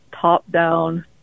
top-down